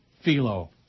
Philo